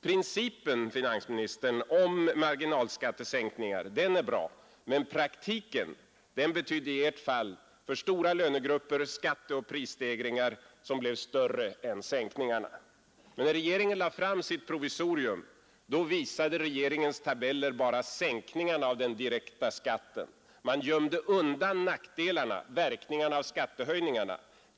Principen, finansministern, om marginalskattesänkning är bra, men praktiken betydde i Ert fall för stora löntagargrupper skatteoch prisstegringar som blev större än sänkningarna. När regeringen lade fram sitt provisorium, visade regeringens tabeller bara sänkningar av den direkta skatten. Man gömde undan nackdelarna, verkningarna av skattehöjningarna.